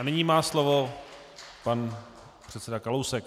Nyní má slovo pan předseda Kalousek.